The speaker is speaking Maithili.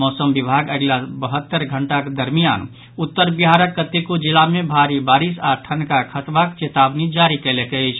मौसम विभाग अगिला बहत्तर घंटाक दरमियान उत्तर बिहारक कतेको जिला मे भारी बारिश आओर ठनका खसबाक चेतावनी जारी कयलक अछि